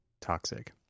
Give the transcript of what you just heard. Toxic